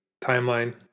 Timeline